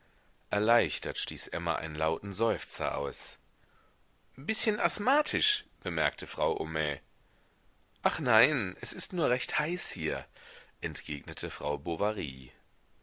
erleichtert stieß emma einen lauten seufzer aus bißchen asthmatisch bemerkte frau homais ach nein es ist nur recht heiß hier entgegnete frau